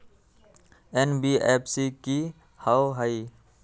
NBFC कि होअ हई?